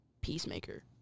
Peacemaker